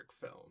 film